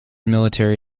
military